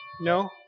No